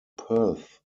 perth